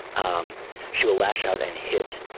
um she will lash out and hit.